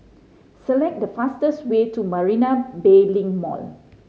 select the fastest way to Marina Bay Link Mall